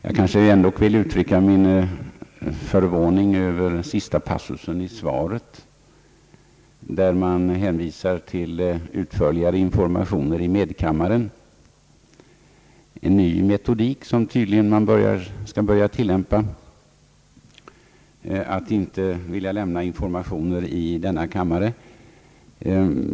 Jag vill ändå uttrycka min förvåning över den sista passusen i svaret, där man hänvisar till utförligare informationer i medkammaren — en ny metodik som man tydligen skall börja tillämpa, nämligen att inte vilja lämna informationer i denna kammare.